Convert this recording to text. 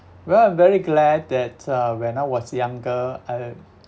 well I'm very glad that uh when I was younger I